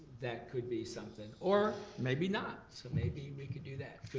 that could be something. or maybe not, so maybe we could do that.